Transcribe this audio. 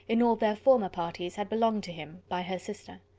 in all their former parties, had belonged to him, by her sister.